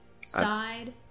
side